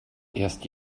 erst